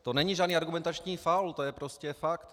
To není žádný argumentační faul, to je prostě fakt.